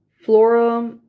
Flora